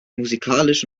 musikalisch